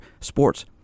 sports